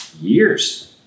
years